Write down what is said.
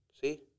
See